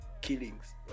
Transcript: killings